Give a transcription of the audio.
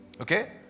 Okay